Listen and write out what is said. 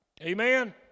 amen